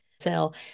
sell